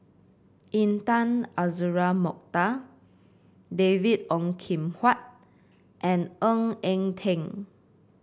Intan Azura Mokhtar David Ong Kim Huat and Ng Eng Teng